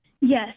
Yes